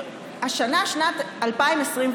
השנה שנת 2021,